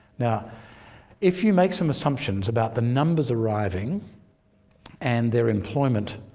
now if you make some assumptions about the numbers arriving and their employment,